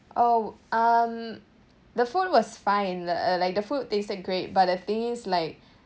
oh um the food was fine uh like the food tasted great but the thing is like